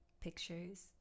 pictures